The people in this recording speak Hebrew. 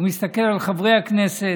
הוא מסתכל על חברי הכנסת,